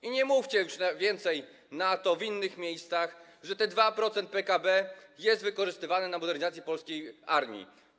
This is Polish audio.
I nie mówcie już więcej w NATO, w innych miejscach, że te 2% PKB jest wykorzystywane na modernizację polskiej armii.